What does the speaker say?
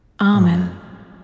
Amen